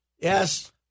Yes